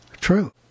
True